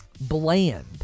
bland